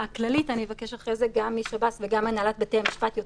כמובן נציגים שלנו.